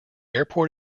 airport